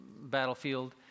battlefield